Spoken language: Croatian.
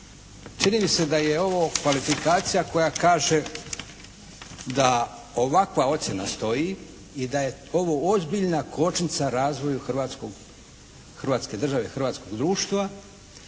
Čini mi se da je ovo kvalifikacija koja kaže da ovakva ocjena stoji i da je ovo ozbiljna kočnica razvoju hrvatske države, hrvatskog društva